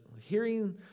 hearing